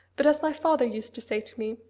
but, as my father used to say to me,